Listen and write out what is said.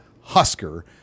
Husker